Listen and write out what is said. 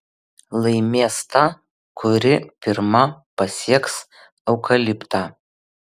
laimės ta kuri pirma pasieks eukaliptą